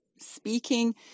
speaking